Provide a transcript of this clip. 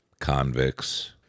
convicts